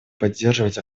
поддерживать